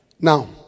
Now